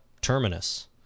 Terminus